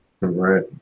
Right